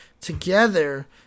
together